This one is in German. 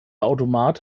automat